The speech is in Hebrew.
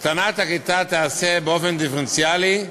הקטנת הכיתה תיעשה באופן דיפרנציאלי,